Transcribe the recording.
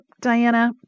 Diana